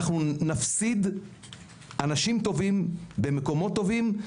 אנחנו נפסיד אנשים טובים ומקומות טובים.